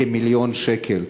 כמיליון שקל.